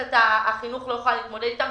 שמערכת החינוך לא יכולה להתמודד איתם.